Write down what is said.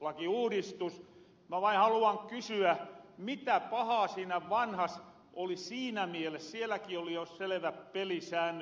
mä vain haluan kysyä mitä pahaa siinä vanhas oli siinä mieles että sielläkin oli jo selevät pelisäännöt